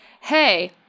hey